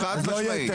חד משמעית.